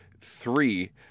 Three